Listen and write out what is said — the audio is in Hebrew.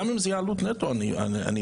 וגם אם זה יהיה עלות נטו אני בעד.